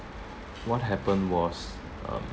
what happened was um